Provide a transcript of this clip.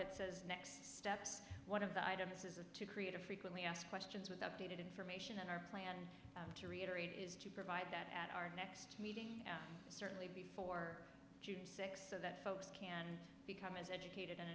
that says next steps one of the items is to create a frequently asked questions with updated information and our plan to reiterate is to provide that at our next meeting certainly before june sixth so that folks can be as educated and